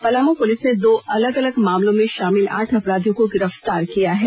Palamu police ने दो अलग अलग मामलों में शामिल आठ अपराधियों को गिरफ्तार किया है